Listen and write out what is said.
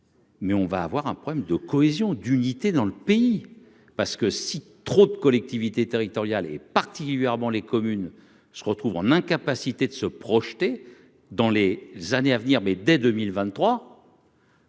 Mais on va avoir un problème de cohésion d'unité dans le pays, parce que si trop de collectivités territoriales et particulièrement les communes se retrouve en incapacité de se projeter dans les années à venir, mais dès 2023.